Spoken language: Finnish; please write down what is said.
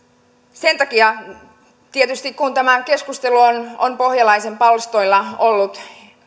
sen takia tietysti kun tämä keskustelu on on pohjalaisen palstoilla ollut